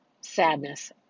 sadness